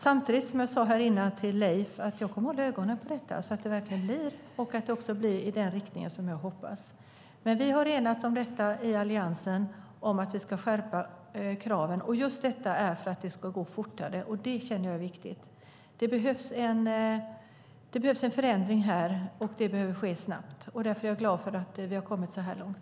Samtidigt kommer jag, som jag sade tidigare till Leif, att hålla ögonen på detta, så att det verkligen sker och också blir i den riktning som jag hoppas. Vi har i Alliansen enats om att vi ska skärpa kraven, just för att det ska gå fortare - det känner jag är viktigt. Det behövs en förändring, och den behöver ske snabbt. Därför är jag glad för att det har kommit så här långt.